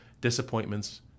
disappointments